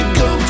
go